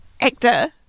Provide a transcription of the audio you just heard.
actor